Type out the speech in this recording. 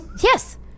Yes